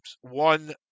One